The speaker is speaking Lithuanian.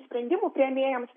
sprendimų priėmėjams